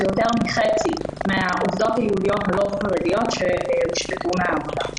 זה יותר מ-50% יותר מן העובדות היהודיות הלא חרדיות שהושבתו מעבודה.